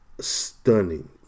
stunning